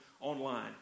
online